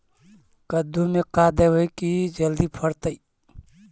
कददु मे का देबै की जल्दी फरतै?